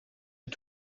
est